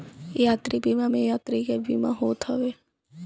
यात्रा बीमा में यात्री के बीमा होत हवे